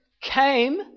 came